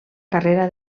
carrera